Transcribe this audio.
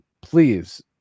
please